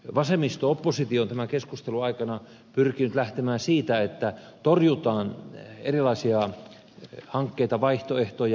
vasemmisto oppositio on tämän keskustelun aikana pyrkinyt lähtemään siitä että torjutaan erilaisia hankkeita vaihtoehtoja